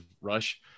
rush